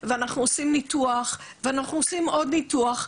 ואנחנו עושים ניתוח ואז עוד ניתוח,